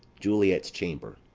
juliet's chamber.